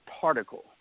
particle